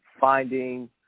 finding